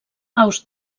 aus